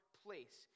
place